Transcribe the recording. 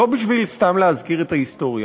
לא בשביל סתם להזכיר את ההיסטוריה,